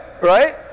Right